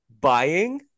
buying